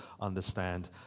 understand